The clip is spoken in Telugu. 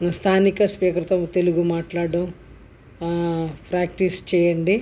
ప్రస్తుతానికి ఆ స్పీకర్తో తెలుగు మాట్లాడటం ఆ ప్రాక్టీస్ చేయండి